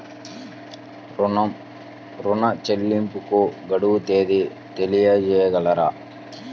ఋణ చెల్లింపుకు గడువు తేదీ తెలియచేయగలరా?